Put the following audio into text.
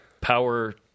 power